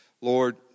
Lord